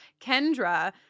Kendra